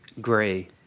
Gray